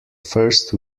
first